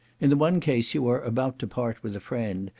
in the one case you are about to part with a friend,